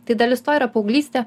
tai dalis to yra paauglystė